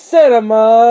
Cinema